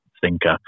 thinker